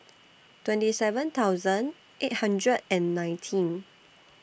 twenty seven thousand eight hundred and nineteen